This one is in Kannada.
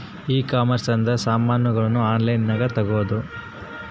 ಈ ಕಾಮರ್ಸ್ ಅಂದ್ರ ಸಾಮಾನಗಳ್ನ ಆನ್ಲೈನ್ ಗ ತಗೊಂದು